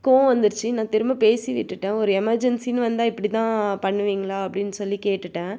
கோவம் வந்துடுச்சு நான் திரும்ப பேசி விட்டுவிட்டேன் ஒரு எமெர்ஜென்சின்னு வந்தால் இப்படி தான் பண்ணுவீங்களா அப்படின்னு சொல்லி கேட்டுவிட்டேன்